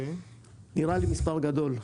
נראה לי מספר גבוה.